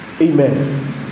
Amen